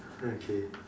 okay